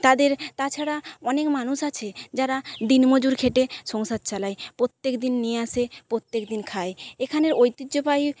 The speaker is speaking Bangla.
তাদের তাছাড়া অনেক মানুষ আছে যারা দিন মজুর খেটে সংসার চালায় প্রত্যেকদিন নিয়ে আসে প্রত্যেকদিন খায় এখানের ঐতিহ্যবাহী